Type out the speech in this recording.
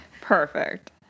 perfect